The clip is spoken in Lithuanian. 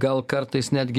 gal kartais netgi